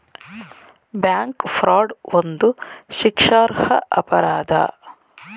bank fraud ಒಂದು ಶಿಕ್ಷಾರ್ಹ ಅಪರಾಧ